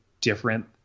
different